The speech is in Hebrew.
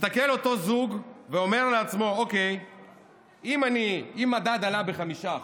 מסתכל אותו זוג ואומר לעצמו: אם המדד עלה ב-5%,